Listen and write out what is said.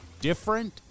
different